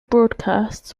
broadcasts